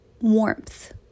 warmth